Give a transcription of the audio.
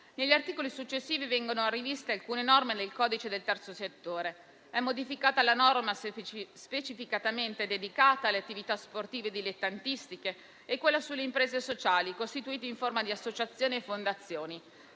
Negli articoli successivi vengono riviste alcune norme del codice del terzo settore. È modificata la norma specificatamente dedicata alle attività sportive dilettantistiche e quella sulle imprese sociali costituite in forma di associazioni e fondazioni.